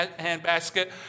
handbasket